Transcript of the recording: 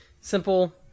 Simple